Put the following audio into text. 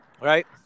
Right